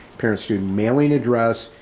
parents student mailing address,